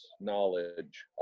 knowledge